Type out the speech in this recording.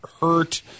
hurt